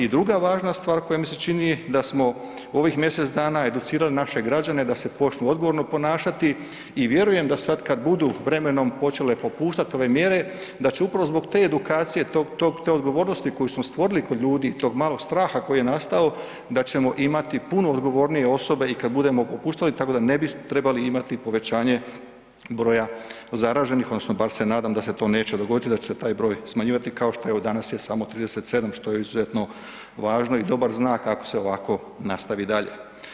I druga važna stvar koja mi se čini da smo ovih mjesec dana educirali naše građen da se počnu odgovorno ponašati i vjerujem da sada kada budu vremenom počele popuštati ove mjere, da će upravo zbog te edukcije, te odgovornosti koje smo stvorili kod ljudi i tog malog straha koji je nastao da ćemo imati puno odgovornije osobe i kada budemo popuštali tako da ne bi trebali imati povećanje broja zaraženih odnosno bar se nadam da se to neće dogoditi i da će se taj broj smanjivati kao što je evo danas je samo 37 što je izuzetno važno i dobar znak ako se ovako nastavi dalje.